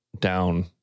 down